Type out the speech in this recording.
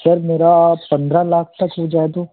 sir मेरा पन्द्रह लाख तक हो जाए तो